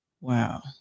Wow